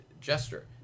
gesture